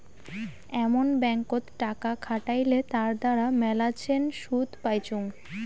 এমন ব্যাঙ্কত টাকা খাটালে তার দ্বারা মেলাছেন শুধ পাইচুঙ